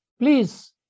please